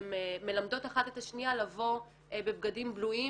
הן מלמדות אחת את השנייה לבוא בבגדים בלויים,